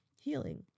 healing